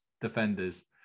defenders